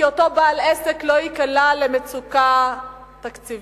כי אותו בעל עסק לא ייקלע למצוקה תקציבית,